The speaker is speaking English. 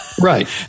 Right